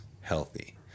healthy